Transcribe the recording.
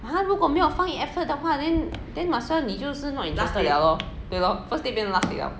!huh! 如果没有放 effort 的话 then then must well 你就是 not interested liao lor 对 lor